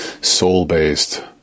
soul-based